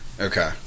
Okay